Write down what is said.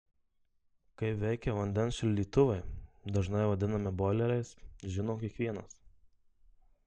kaip veikia vandens šildytuvai dažnai vadinami boileriais žino kiekvienas